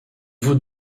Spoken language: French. vous